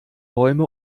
bäume